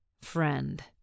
friend